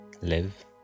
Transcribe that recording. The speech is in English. live